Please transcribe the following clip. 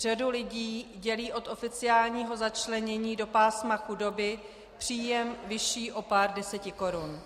Řadu lidí dělí od oficiálního začlenění do pásma chudoby příjem vyšší o pár desetikorun.